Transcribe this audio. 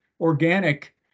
organic